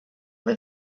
või